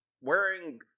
wearing